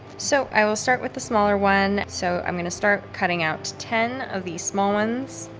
so i will start with the smaller one. so i'm going to start cutting out ten of these small ones